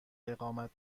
اقامت